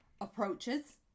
approaches